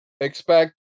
Expect